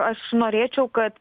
aš norėčiau kad